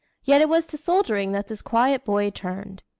yet it was to soldiering that this quiet boy turned.